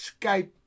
Skype